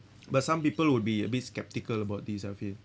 but some people would be a bit sceptical about this I feel